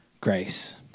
Grace